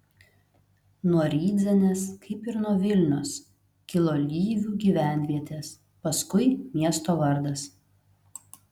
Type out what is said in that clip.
nuo rydzenės kaip ir nuo vilnios kilo lyvių gyvenvietės paskui miesto vardas